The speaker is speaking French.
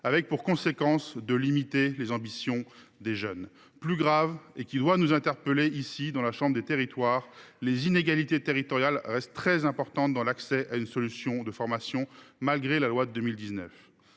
avec pour conséquence de limiter les ambitions des jeunes. Plus grave, et ce point doit interpeller la chambre des territoires, les inégalités territoriales demeurent très importantes dans l’accès à une solution de formation, malgré la loi de 2018.